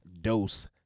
Dose